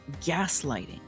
gaslighting